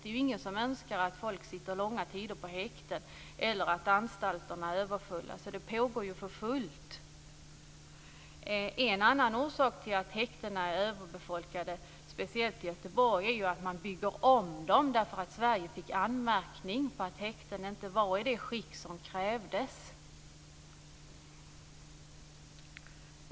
Det är ju ingen som önskar att folk ska sitta långa tider på häkten eller att anstalterna är överfulla. En annan orsak till att häktena är överbefolkade, speciellt i Göteborg, är att de byggs om därför att Sverige fick anmärkning om att häkten inte var i det skick som krävdes.